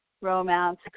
romance